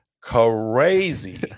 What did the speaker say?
crazy